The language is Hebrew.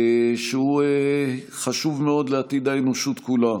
שהוא חשוב מאוד לעתיד האנושות כולה.